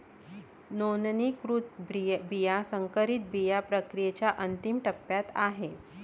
नोंदणीकृत बिया संकरित बिया प्रक्रियेच्या अंतिम टप्प्यात आहेत